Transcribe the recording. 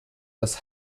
das